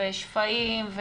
ושפיים.